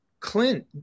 Clint